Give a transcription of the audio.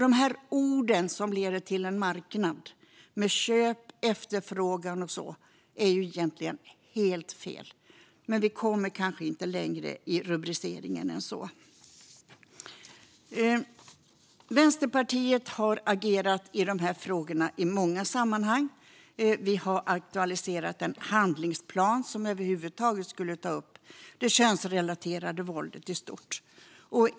Dessa ord som leder tankarna till en marknad - köp, efterfrågan och så vidare - är ju egentligen helt fel, men vi kommer kanske inte längre än så i rubriceringen. Vänsterpartiet har agerat i de här frågorna i många sammanhang. Vi har aktualiserat en handlingsplan som skulle ta upp det könsrelaterade våldet i stort.